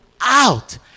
out